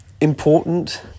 important